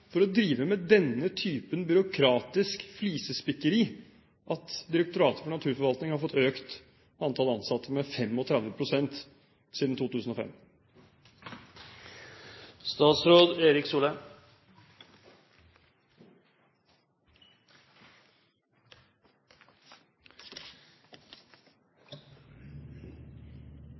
for å drive med denne typen byråkratisk flisespikkeri at Direktoratet for naturforvaltning har fått økt antallet ansatte med 55 pst. siden